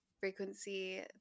frequency